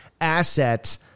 asset